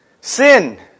Sin